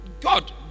God